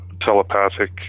telepathic